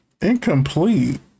Incomplete